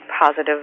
positive